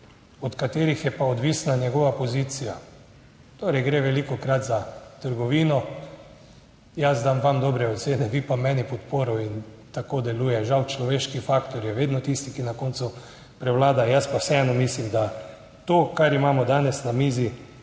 od katerih je pa odvisna njegova pozicija. Torej gre velikokrat za trgovino. Jaz dam vam dobre ocene, vi pa meni podporo in tako deluje. Žal, človeški faktor je vedno tisti, ki na koncu prevlada, Jaz pa vseeno mislim, da to, kar imamo danes na mizi,